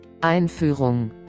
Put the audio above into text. Einführung